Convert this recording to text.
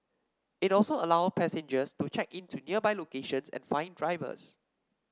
it also allow passengers to check in to nearby locations and find drivers